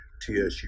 TSU